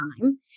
time